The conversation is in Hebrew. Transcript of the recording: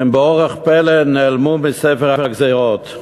באורח פלא נעלמו מספר הגזירות.